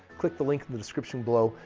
click the link in the description below.